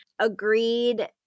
agreed